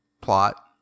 plot